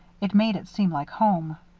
it made it seem like home.